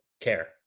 care